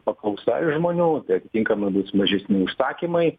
paklausa iš žmonių tai atitinkami bus mažesni užsakymai